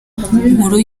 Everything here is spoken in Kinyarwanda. nkuru